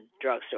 drugstore